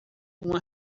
uma